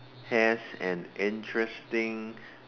has an interesting